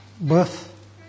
birth